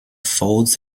folds